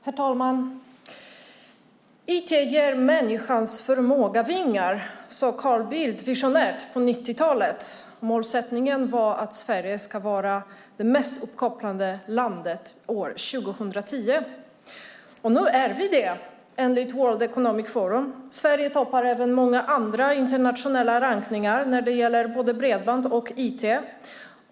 Herr talman! IT ger människans förmåga vingar, sade Carl Bildt visionärt på 90-talet. Målsättningen var att Sverige skulle vara det mest uppkopplade landet år 2010, och nu är vi det enligt World Economic Forum. Sverige toppar även många andra internationella rankningar när det gäller både bredband och IT.